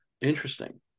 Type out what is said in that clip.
Interesting